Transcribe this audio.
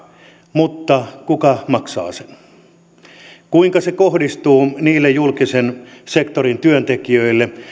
mutta kuka maksaa sen kuinka se kohdistuu niille julkisen sektorin työntekijöille